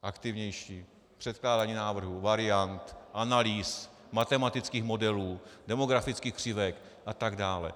Aktivnější v předkládání návrhů, variant, analýz, matematických modelů, demografických křivek a tak dále.